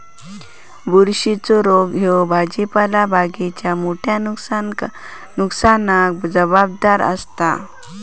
बुरशीच्ये रोग ह्ये भाजीपाला बागेच्या मोठ्या नुकसानाक जबाबदार आसत